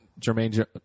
Jermaine